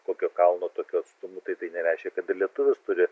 kokio kalno tokiu atstumu tai tai nereiškia kad ir lietuvis turi